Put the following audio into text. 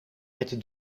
het